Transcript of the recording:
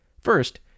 first